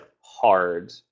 hard